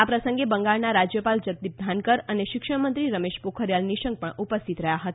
આ પ્રસંગે બંગાળના રાજ્યપાલ જગદીપ ધાનકર અને શિક્ષણમંત્રી રમેશ પોખરીયાલ નિશંક પણ ઉપસ્થિત રહ્યા હતા